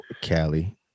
Cali